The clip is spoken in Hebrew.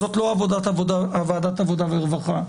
זאת לא עבודת ועדת עבודה ורווחה,